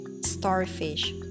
Starfish